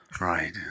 Right